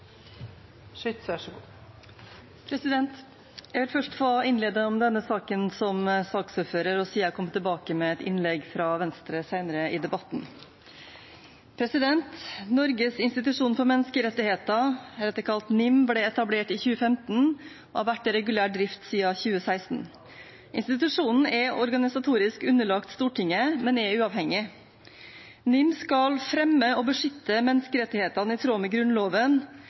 i debatten. Norges institusjon for menneskerettigheter, heretter kalt NIM, ble etablert i 2015 og har vært i regulær drift siden 2016. Institusjonen er organisatorisk underlagt Stortinget, men er uavhengig. NIM skal fremme og beskytte menneskerettighetene i tråd med Grunnloven,